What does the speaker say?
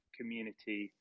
community